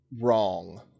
Wrong